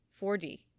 4D